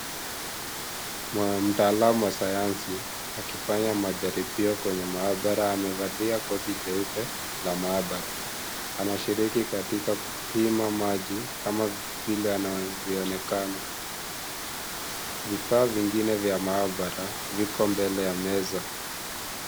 Mtaalamu wa sayansi akifanya majaribio kwenye mahabara. Amevalia koti jeupe la mahabara. Anashiriki katika kupima maji kama vile anavyo onekana. Vifaa vingine vya mahabara viko mbele ya meza.